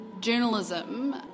journalism